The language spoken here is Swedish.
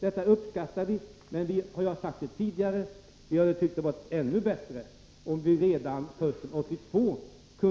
Detta uppskattar vi — jag har sagt det tidigare — men vi hade tyckt att det varit ännu bättre, om vi redan hösten 1982 hade